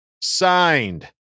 signed